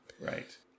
right